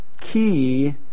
key